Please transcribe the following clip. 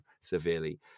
severely